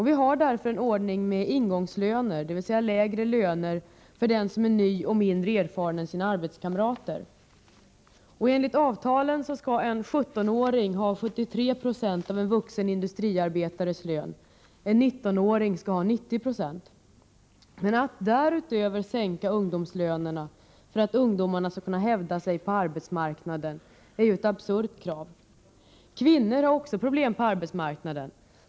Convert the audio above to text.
Vi har därför en ordning med ingångslöner, dvs. lägre löner för den som är ny och mindre erfaren än sina arbetskamrater. Enligt avtalen skall en 17-åring ha 73 70 av en vuxen industriarbetares lön, en 19-åring skall ha 90 26. Att därutöver sänka ungdomslönerna för att ungdomarna skall kunna hävda sig på arbetsmarknaden är ett absurt krav. Kvinnor har också problem på arbetsmarknaden.